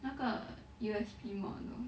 那个 U_S_P mod lor